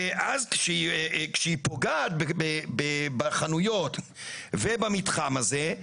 ואז כשהיא פוגעת בחנויות ובמתחם הזה,